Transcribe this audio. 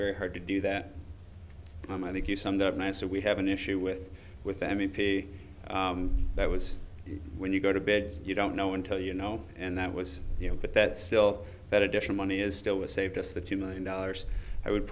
very hard to do that i think you summed up nicely we have an issue with with them and that was when you go to bed you don't know until you know and that was you know but that still that additional money is still was saved us the two million dollars i would